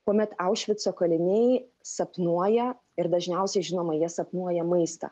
kuomet aušvico kaliniai sapnuoja ir dažniausiai žinoma jie sapnuoja maistą